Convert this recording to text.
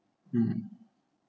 um